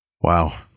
Wow